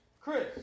Chris